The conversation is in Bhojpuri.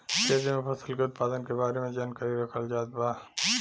खेती में फसल के उत्पादन के बारे में जानकरी रखल जात बा